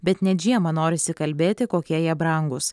bet net žiemą norisi kalbėti kokie jie brangūs